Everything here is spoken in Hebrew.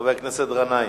חבר הכנסת מסעוד גנאים.